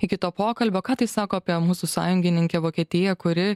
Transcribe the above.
iki to pokalbio ką tai sako apie mūsų sąjungininkę vokietiją kuri